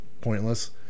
pointless